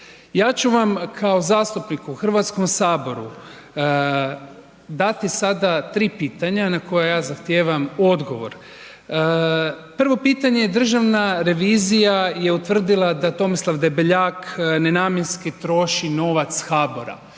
Ja ću vam kao zastupnik u Hrvatskom saboru dati sada tri pitanja na koja zahtijevam odgovor. Prvo pitanje je, Državna revizija je utvrdila da Tomislav Debeljak nenamjenski troši novac HABOR-a,